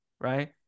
right